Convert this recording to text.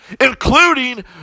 including